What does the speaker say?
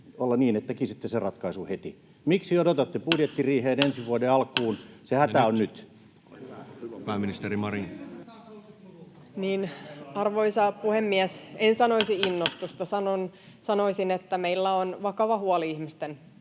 että tekisitte sen ratkaisun heti? Miksi odotatte budjettiriiheen, ensi vuoden alkuun? Se hätä on nyt. Pääministeri Marin. Arvoisa puhemies! En sanoisi innostusta. Sanoisin, että meillä on vakava huoli ihmisten